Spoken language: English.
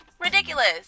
Ridiculous